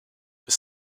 mais